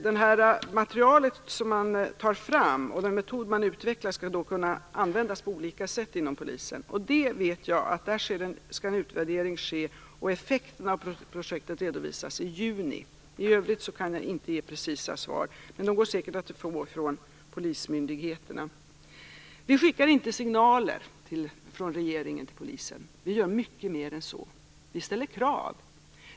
Det material som man tar fram och den metod som man utvecklar skall kunna användas på olika sätt inom Polisen. Där vet jag att en utvärdering skall ske och effekterna redovisas i juni. I övrigt kan jag inte ge några precisa svar, men det går säkert att få svar från polismyndigheterna. Vi skickar inte signaler från regeringen till Polisen. Vi gör mycket mer än så. Vi ställer krav.